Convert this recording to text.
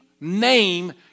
name